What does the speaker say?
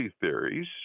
theories